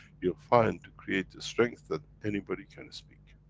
you'll find to create the strength, that anybody can speak.